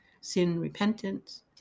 sin-repentance